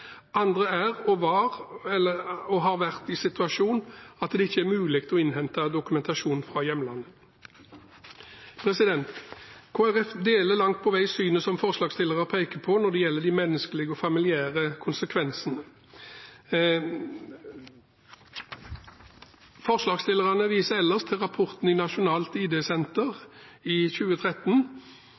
Andre er og har vært i den situasjonen at det ikke er mulig å innhente dokumentasjon fra hjemlandet. Kristelig Folkeparti deler langt på vei det synet som forslagsstillerne peker på når det gjelder de menneskelige og familiære konsekvensene. Forslagsstillerne viser ellers til rapporten fra Nasjonalt ID-senter i 2013,